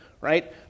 Right